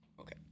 Okay